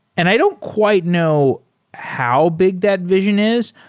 and i don't quite know how big that vision is.